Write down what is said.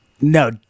No